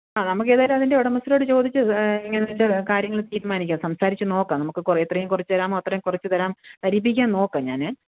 ആ നമുക്ക് ഏതായാലും അതിന്റെ ഉടമസ്ഥരോട് ചോദിച്ച് ഇങ്ങനെ ഇതിന്റെ കാര്യങ്ങൾ തീരുമാനിക്കാം സംസാരിച്ച് നോക്കാം നമുക്ക് കുറേ എത്രയും കുറച്ച് തരാമോ അത്രയും കുറച്ച് തരാം തരീപ്പിക്കാന് നോക്കാം ഞാൻ